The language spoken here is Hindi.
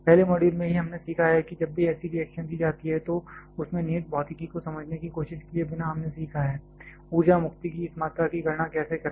पहले मॉड्यूल में ही हमने सीखा है कि जब भी ऐसी रिएक्शन दी जाती है तो उसमें निहित भौतिकी को समझने की कोशिश किए बिना हमने सीखा है ऊर्जा मुक्ति की इस मात्रा की गणना कैसे करें